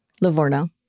Livorno